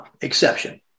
exception